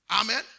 Amen